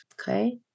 Okay